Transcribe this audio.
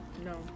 no